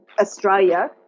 Australia